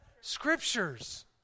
Scriptures